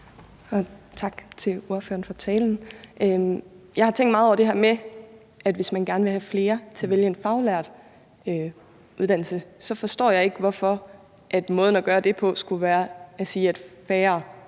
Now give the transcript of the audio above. Tak til ordføreren for talen. Jeg har tænkt meget over det her med, at hvis man gerne vil have flere til at vælge en faglært uddannelse, forstår jeg ikke, hvorfor måden at gøre det på skulle være at sige, at færre